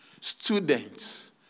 students